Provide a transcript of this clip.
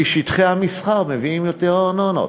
כי שטחי המסחר מביאים יותר ארנונות,